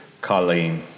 Colleen